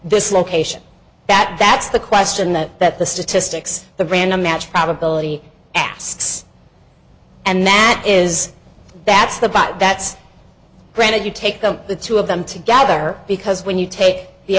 this location that that's the question that that the statistics the random match probability asks and that is that's the bot that's granted you take them the two of them together because when you take the